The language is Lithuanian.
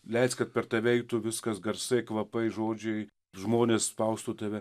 leist kad per tave eitų viskas garsai kvapai žodžiai žmonės spaustų tave